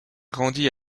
grandi